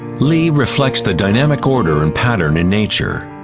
li reflects the dynamic order and pattern in nature.